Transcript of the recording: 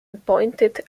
appointed